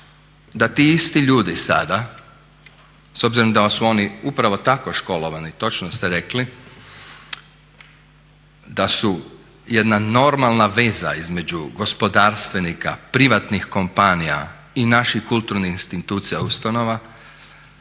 da ti isti ljudi sada, s obzirom da su oni upravo tako školovani, točno ste rekli da su jedna normalna veza između gospodarstvenika, privatnih kompanija i naših kulturnih institucija i ustanova